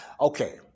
Okay